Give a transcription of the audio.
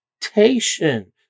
temptation